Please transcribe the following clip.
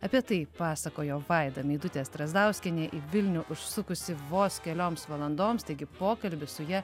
apie tai pasakojo vaida meidutė strazdauskienė į vilnių užsukusi vos kelioms valandoms taigi pokalbis su ja